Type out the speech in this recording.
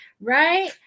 Right